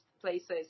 places